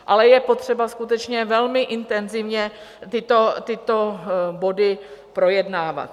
Ale je potřeba skutečně velmi intenzivně tyto body projednávat.